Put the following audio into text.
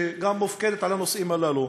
שגם מופקדת על הנושאים הללו,